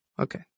Okay